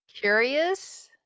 curious